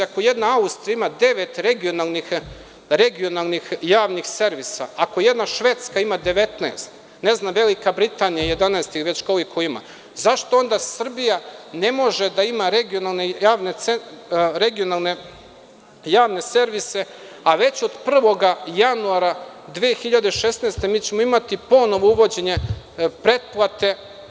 Ako jedna Austrija ima devet regionalnih javnih servisa, ako jedna Švedska ima 19, Velika Britanija 11, ili već koliko ima, zašto onda Srbija ne može da ima regionalne javne servise, a već od 01. januara 2016. godine mi ćemo imati ponovo uvođenje pretplate?